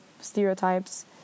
stereotypes